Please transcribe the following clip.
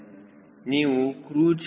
ನೀವು cruise WS ಹೇಗೆ ಕಂಡುಹಿಡಿಯುತ್ತೀರಿ